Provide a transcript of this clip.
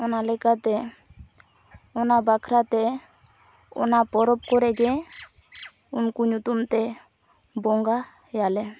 ᱚᱱᱟ ᱞᱮᱠᱟᱛᱮ ᱚᱱᱟ ᱵᱟᱠᱷᱨᱟᱛᱮ ᱚᱱᱟ ᱯᱚᱨᱚᱵᱽ ᱠᱚᱨᱮᱜᱮ ᱩᱱᱠᱩ ᱧᱩᱛᱩᱢᱛᱮ ᱵᱚᱸᱜᱟᱭᱟᱞᱮ